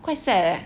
quite sad leh